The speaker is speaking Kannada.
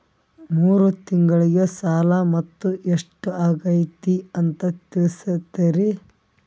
ಮೂರು ತಿಂಗಳಗೆ ಸಾಲ ಮೊತ್ತ ಎಷ್ಟು ಆಗೈತಿ ಅಂತ ತಿಳಸತಿರಿ?